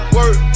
Work